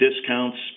discounts